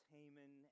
Haman